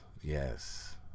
yes